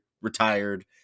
retired